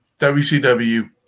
WCW